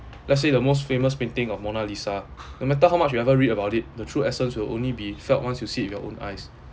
let's say the most famous painting of mona lisa no matter how much you ever read about it the true essence will only be felt once you see with your own eyes